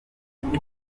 guhora